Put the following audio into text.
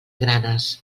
granes